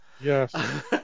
Yes